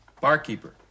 Barkeeper